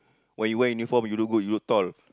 when you wear uniform you look good you look tall